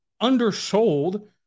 undersold